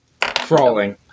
crawling